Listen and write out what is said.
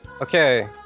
Okay